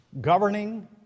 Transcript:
governing